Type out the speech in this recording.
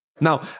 Now